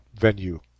venue